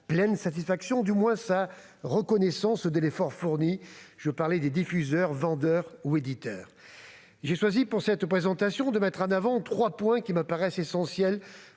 pleine satisfaction, du moins sa reconnaissance de l'effort fourni. Je pense aux diffuseurs, aux vendeurs et aux éditeurs. J'ai choisi de mettre en avant trois points qui me paraissent essentiels